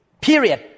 Period